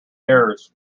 errors